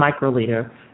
microliter